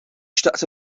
xtaqt